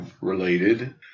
related